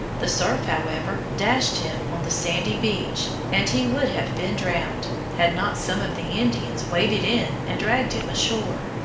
the surf, however, dashed him on the sandy beach, and he would have been drowned had not some of the indians waded in and dragged him ashore.